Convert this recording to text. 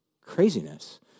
craziness